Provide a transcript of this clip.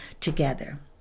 together